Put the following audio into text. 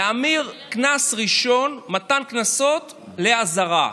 להמיר קנס ראשון במתן קנסות לאזהרה.